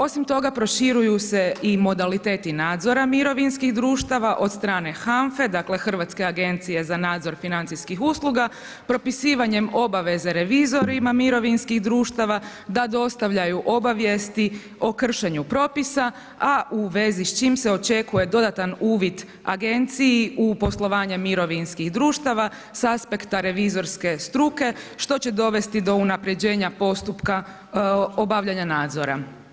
Osim toga proširuju se i modaliteta nadzora mirovinskih društava od strane HANFA-e, dakle Hrvatske agencije za nadzor financijskih usluga, propisivanjem obaveze revizorima mirovinskih društava da dostavljaju obavijesti o kršenju propisa a u vezi s čim se očekuje dodatan uvid agenciji u poslovanje mirovinskih društava sa aspekta revizorske struke što će dovesti do unapređenja postupka obavljanja nadzora.